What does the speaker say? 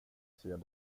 ser